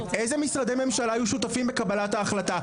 אילו משרדי ממשלה היו שותפים בקבלת ההחלטה?